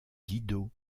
didot